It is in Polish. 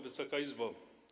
Wysoka Izbo!